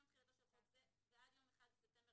תחילתו של חוק זה ועד יום 1 בספטמבר,